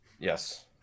Yes